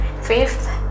Fifth